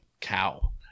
cow